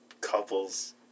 couples